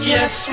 Yes